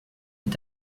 est